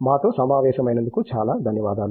మాతో సమావేశమైనందుకు చాలా ధన్యవాదాలు